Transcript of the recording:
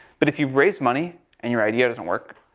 but if you raise money and your idea doesn't work,